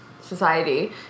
society